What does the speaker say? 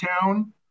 town